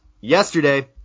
yesterday